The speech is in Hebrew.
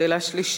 שאלה שלישית,